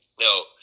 No